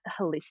holistic